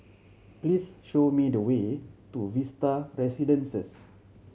please show me the way to Vista Residences